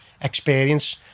experience